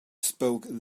spoke